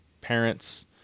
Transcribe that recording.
parents